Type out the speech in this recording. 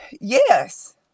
Yes